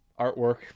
artwork